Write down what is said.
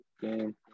game